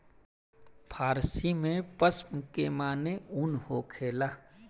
फ़ारसी में पश्म के माने ऊन होखेला